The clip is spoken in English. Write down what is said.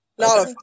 No